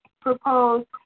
proposed